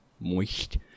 moist